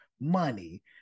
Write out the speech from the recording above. money